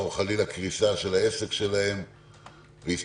או חלילה קריסה של העסק שלהם והסתבכות,